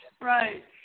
right